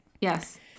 Yes